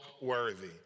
worthy